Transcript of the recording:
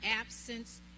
absence